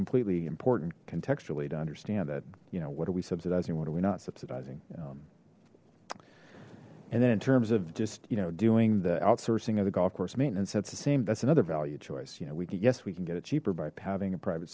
completely important contextually to understand that you know what are we subsidizing what are we not subsidizing um and then in terms of just you know doing the outsourcing of the golf course maintenance that's the same that's another value choice you know we could guess we can get a cheaper buying a private